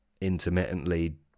intermittently